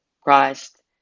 Christ